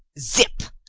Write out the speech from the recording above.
zip!